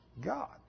God